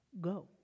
go